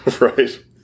Right